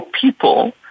people